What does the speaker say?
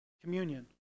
communion